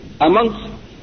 amongst